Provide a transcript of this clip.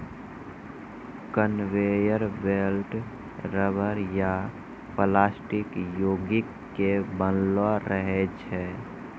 conveyor belt rubber या plastic योगिक के बनलो रहै छै